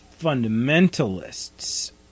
fundamentalists